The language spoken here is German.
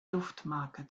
duftmarke